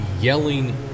yelling